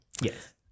yes